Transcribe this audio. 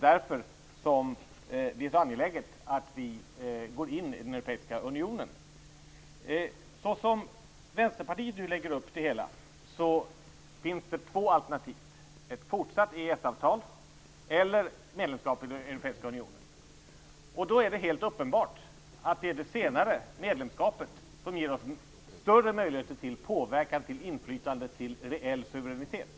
Därför är det så angeläget att vi går in i den europeiska unionen. Såsom Vänsterpartiet nu lägger upp det hela finns det två alternativ: ett fortsatt EES-avtal eller medlemskap i den europeiska unionen. Då är det helt uppenbart att det senare, medlemskapet, ger oss större möjligheter till påverkan, inflytande och till reell suveränitet.